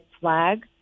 flag